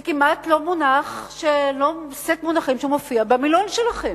זה כמעט לא סט מונחים שמופיע במילון שלכם.